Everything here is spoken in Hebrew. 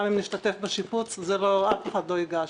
גם אם נשתתף בשיפוץ אף אחד לא ייגש.